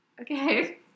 okay